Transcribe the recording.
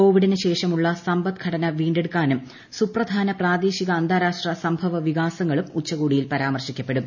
കോവിഡിന് ശേഷമുള്ള സമ്പദ് ഘടന വീണ്ടെടുക്കാനും സുപ്രധാന പ്രാദേശിക അന്താരാഷ്ട്ര സംഭവവികാസങ്ങളും ഉച്ചകോടിയിൽ പരാമർശിക്കപ്പെടും